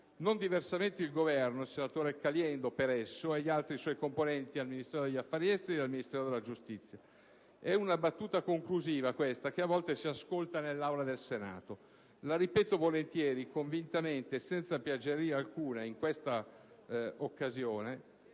Non diversamente, il Governo, il senatore Caliendo per esso e gli altri suoi componenti al Ministero degli affari esteri e a quello della giustizia. Questa è una battuta conclusiva che a volte si ascolta nell'Aula del Senato. La ripeto volentieri, convintamente e senza piaggeria alcuna, in questa occasione,